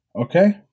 Okay